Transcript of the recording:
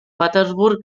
petersburg